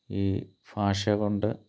ഈ ഭാഷ കൊണ്ട്